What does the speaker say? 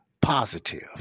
positive